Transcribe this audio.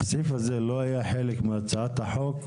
מוסי, הסעיף זה לא היה חלק מהצעת החוק?